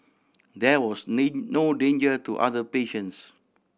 there was no danger to other patients